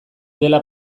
dela